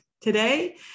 today